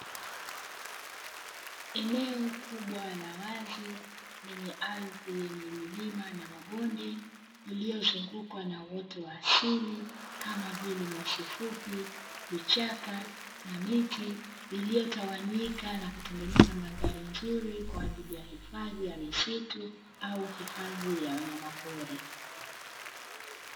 Eneo kubwa la wazi lenye ardhi yenye milima na mabonde lililozungukwa na uoto wa asili kama vile nyasi fupi, vichaka na miti iliyotawanyika na kutengeneza mandhari nzuri kwa ajili ya hifadhi ya misitu au hifadhi ya wanyama pori.